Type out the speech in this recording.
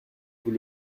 vous